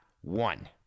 one